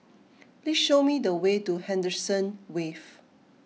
please show me the way to Henderson Wave